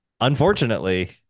Unfortunately